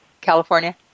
California